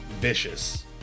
vicious